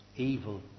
Evil